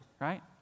right